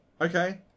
Okay